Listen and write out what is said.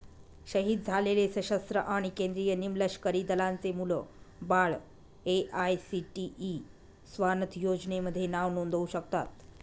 शहीद झालेले सशस्त्र आणि केंद्रीय निमलष्करी दलांचे मुलं बाळं ए.आय.सी.टी.ई स्वानथ योजनेमध्ये नाव नोंदवू शकतात